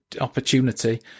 opportunity